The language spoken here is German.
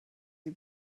sie